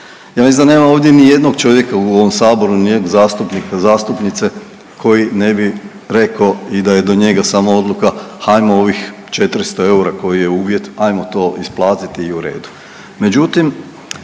Ja mislim da nema ovdje nijednog čovjeka u ovom saboru, nijednog zastupnika, zastupnice koji ne bi rekao i da je do njega samo odluka hajmo ovih 400 eura koji je uvjet ajmo to isplatiti i u redu.